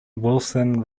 wilson